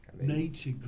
Nature